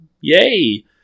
Yay